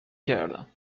کردم